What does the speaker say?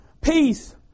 peace